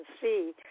see